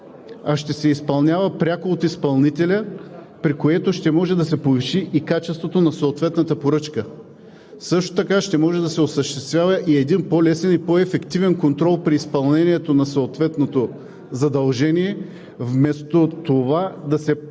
а ще се изпълнява пряко от изпълнителя, при което ще може да се повиши и качеството на съответната поръчка. Също така ще може да се осъществява един по-лесен и по-ефективен контрол при изпълнението на съответното задължение, вместо да се